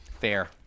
Fair